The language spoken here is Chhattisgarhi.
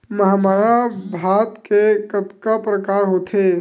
महमाया भात के कतका प्रकार होथे?